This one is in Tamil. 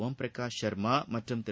ஓம் பிரகாஷ் ஷாமா மற்றும் திரு